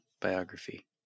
biography